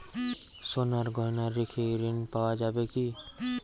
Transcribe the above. সোনার গহনা রেখে ঋণ পাওয়া যাবে কি?